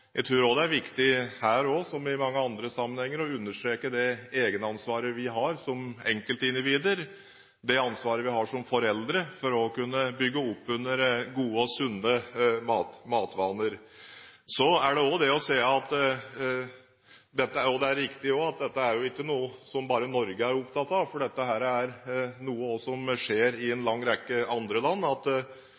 Jeg tror det er viktig også her – som i så mange andre sammenhenger – å understreke det egenansvaret vi har som enkeltindivider, det ansvaret vi har som foreldre for å bygge opp under gode og sunne matvaner. Det er også riktig at dette er noe som ikke bare Norge er opptatt av, for dette er noe som også skjer i en lang rekke andre land, at